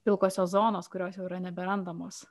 pilkosios zonos kurios jau yra neberandamos